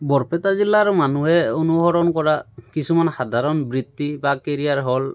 বৰপেটা জিলাৰ মানুহে অনুসৰণ কৰা কিছুমান সাধাৰণ বৃত্তি বা কেৰিয়াৰ হ'ল